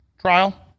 trial